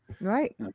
right